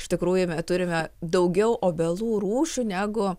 iš tikrųjų turime daugiau obelų rūšių negu